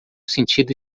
sentido